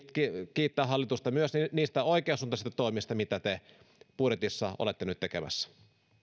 kiittää hallitusta myös niistä oikeansuuntaisista toimista mitä te budjetissa olette nyt tekemässä